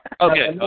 okay